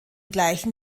gleichen